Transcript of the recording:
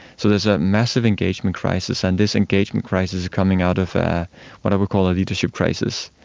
so there's a massive engagement crisis, and this engagement crisis is coming out of what i would call a leadership crisis.